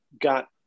got